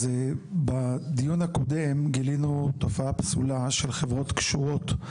אז בדיון הקודם גילינו תופעה פסולה של חברות קשורות,